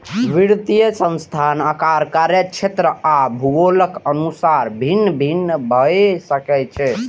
वित्तीय संस्थान आकार, कार्यक्षेत्र आ भूगोलक अनुसार भिन्न भिन्न भए सकै छै